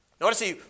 Notice